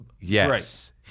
Yes